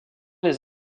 les